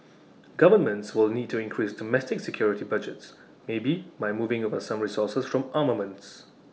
governments will need to increase domestic security budgets maybe by moving over some resources from armaments